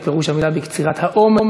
את פירוש הביטוי בקצירת האומר,